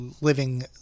living